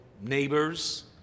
neighbors